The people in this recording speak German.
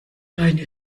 deine